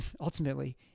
ultimately